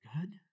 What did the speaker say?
good